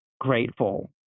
grateful